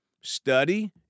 Study